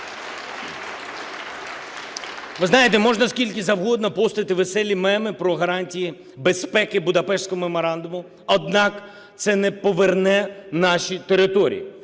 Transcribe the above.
Ви знаєте, можна скільки завгодно постити веселі "меми" про гарантії безпеки Будапештського меморандуму, однак це не поверне наші території.